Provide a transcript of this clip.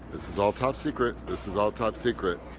this is all top secret. this is all top secret.